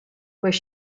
where